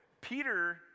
peter